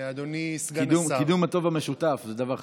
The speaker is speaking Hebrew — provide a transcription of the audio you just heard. אדוני סגן השר, קידום הטוב המשותף זה דבר חשוב.